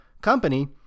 company